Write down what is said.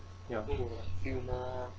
ya